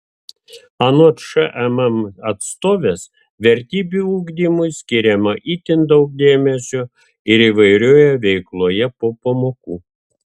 anot šmm atstovės vertybių ugdymui skiriama itin daug dėmesio ir įvairioje veikloje po pamokų